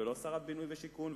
ולא שרת הבינוי והשיכון,